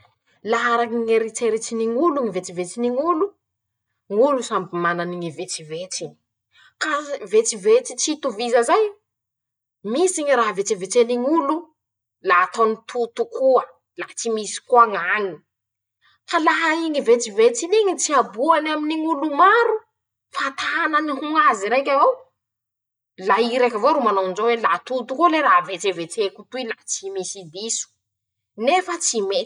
La araky ny ñ'eritseritsin'olo ñy vetsevetsen'olo: - ñ'olo samy mana ñy vetsevetsiny; ka vetsivetsy tsy hitoviza zay, misy ñy raha vetsevetsen'olo la ataony tó tokoa, la tsy misy koa ñañy, ka laha iñy vetsevetsin'iñy tsy aboany aminy ñ'olo maro, fa tanany ho ñazy ii raiky avao, la ii raiky avao ro manao anjao oe: "la tó tokoa le raha vetsevetseko toy, la tsy misy diso", nefa tsy.